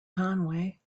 conway